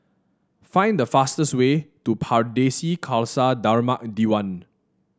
find the fastest way to Pardesi Khalsa Dharmak Diwan